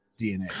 DNA